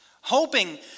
Hoping